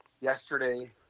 yesterday